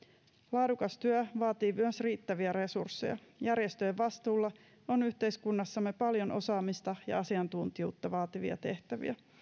laadukas työ vaatii myös riittäviä resursseja järjestöjen vastuulla on yhteiskunnassamme paljon osaamista ja asiantuntijuutta vaativia tehtäviä